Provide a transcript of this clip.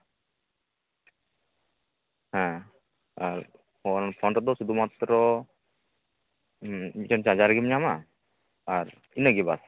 ᱦᱮᱸ ᱟᱨ ᱯᱷᱳᱱ ᱨᱮᱫᱚ ᱥᱩᱫᱩ ᱢᱟᱛᱨᱚ ᱢᱤᱫᱴᱮᱱ ᱪᱟᱨᱡᱟᱨᱜᱮᱢ ᱧᱟᱢᱟ ᱟᱨ ᱤᱱᱟᱹᱜᱮ ᱵᱟᱥ